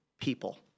people